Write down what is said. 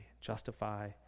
justify